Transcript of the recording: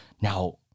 Now